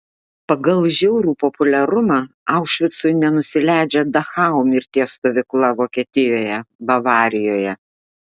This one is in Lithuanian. pagal žiaurų populiarumą aušvicui nenusileidžia dachau mirties stovykla vokietijoje bavarijoje